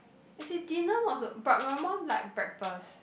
as in dinner not so but my mum like breakfast